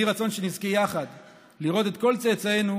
יהי רצון שנזכה יחד לראות את כל צאצאינו,